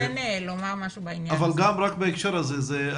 משהו בעניין הזה.